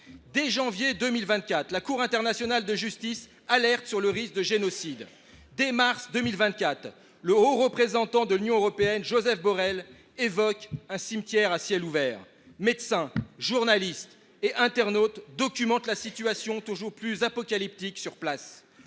Dès janvier 2024, la Cour internationale de justice alerte sur le risque de génocide. Dès mars 2024, le haut représentant de l’Union européenne pour les affaires étrangères et la politique de sécurité, Josep Borrell, évoque un cimetière à ciel ouvert. Médecins, journalistes et internautes documentent la situation toujours plus apocalyptique sur place.